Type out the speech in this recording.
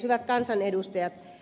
hyvät kansanedustajat